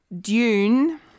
Dune